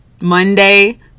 Monday